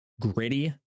gritty